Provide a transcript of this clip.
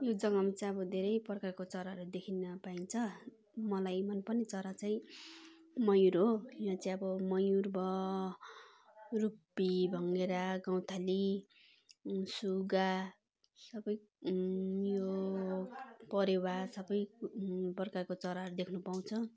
यो जगामा चाहिँ अब धेरै प्रकारको चराहरू देख्न पाइन्छ मलाई मन पर्ने चरा चाहिँ मयूर हो यहाँ चाहिँ अब मयूर भयो रुपी भँगेरा गौँथली सुगा सबै यो परेवा सबै प्रकारको चराहरू देख्नु पाउँछ